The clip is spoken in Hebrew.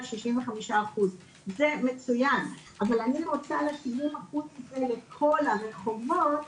אבל אני רוצה את ה-70% לגבי כל הרחובות